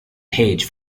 page